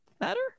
matter